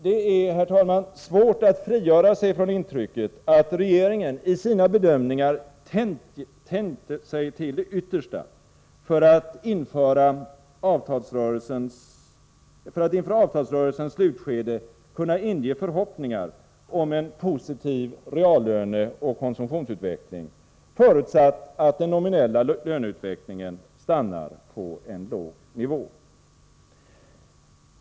Det är, herr talman, svårt att frigöra sig från intrycket att regeringen i sina bedömningar tänjt sig till det yttersta för att inför avtalsrörelsens slutskede kunna inge förhoppningar om en positiv reallöneoch konsumtionsutveckling, förutsatt att den nominella löneutvecklingen stannar på en låg nivå.